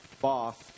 boss